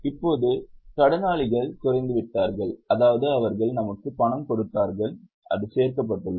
இப்போது கடனாளிகள் குறைத்துவிட்டார்கள் அதாவது அவர்கள் நமக்கு பணம் கொடுத்தார்கள் அது சேர்க்கப்பட்டுள்ளது